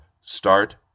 start